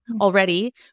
already